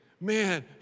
man